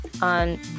On